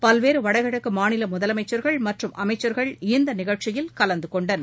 பல்வேறு வடகிழக்கு மாநில முதலமைச்சர்கள் மற்றும் அமைச்சர்கள் இந்த நிகழ்ச்சியில் கலந்து கொண்டனர்